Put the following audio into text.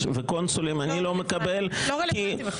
וקונסולים אני לא מקבל -- לא רלוונטי בכלל.